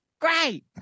great